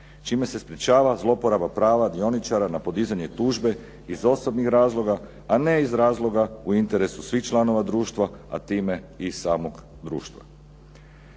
čime se sprječava zlouporaba prava dioničara na podizanje tužbe iz osobnih razloga, a ne iz razloga u interesu svih članova društva, a time i samog društva.